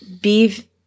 beef